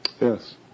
Yes